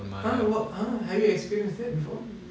!huh! what !huh! have you experienced that before